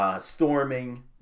Storming